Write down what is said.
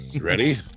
Ready